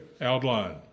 outline